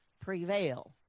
prevail